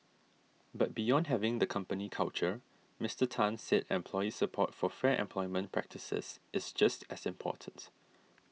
but beyond having the company culture Mister Tan said employee support for fair employment practices is just as important